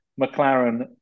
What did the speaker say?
McLaren